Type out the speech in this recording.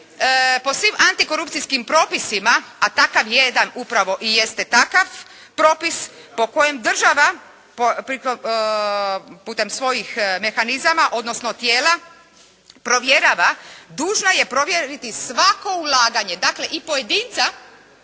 po svim antikorupcijskim propisima, a takav jedan upravo i jeste takav propis po kojem država putem svojim mehanizama, odnosno tijela provjerava dužna je provjeriti svako ulaganje, dakle i pojedinca,